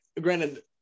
granted